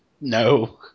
No